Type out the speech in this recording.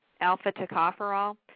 alpha-tocopherol